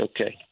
Okay